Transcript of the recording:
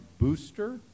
booster